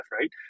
right